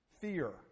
Fear